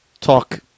talk